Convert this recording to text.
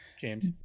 James